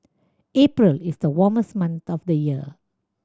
April is the warmest month of the year